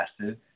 acid